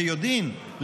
ביודעין,